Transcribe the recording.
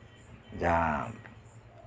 ᱡᱟᱦᱟᱸ